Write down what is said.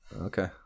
okay